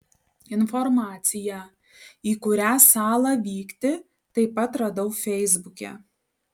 informaciją į kurią salą vykti taip pat radau feisbuke